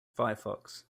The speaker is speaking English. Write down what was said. firefox